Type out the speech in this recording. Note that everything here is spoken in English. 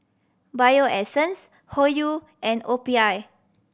Bio Essence Hoyu and O P I